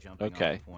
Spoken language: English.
Okay